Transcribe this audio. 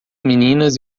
meninas